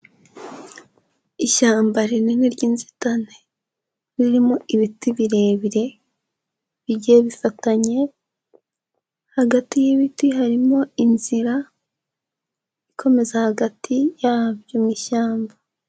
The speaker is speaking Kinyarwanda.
Ishyamba rinini ry'inzitane, ririmo ibiti birebire, bigiye bifatanye, hagati y'ibiti harimo inzira, ikomeza hagati yabyo mu ishyamba.